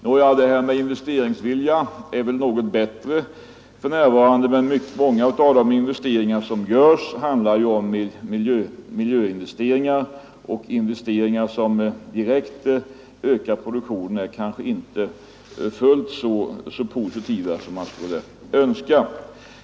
Nåja, investeringsviljan är väl något bättre för närvarande, men många av de investeringar som görs avser ju miljöförbättringar, och utvecklingen beträffande investeringar som direkt ökar produktionen är inte så positiv som man skulle önska.